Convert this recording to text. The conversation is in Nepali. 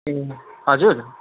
ए हजुर